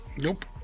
nope